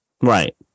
Right